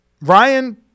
Ryan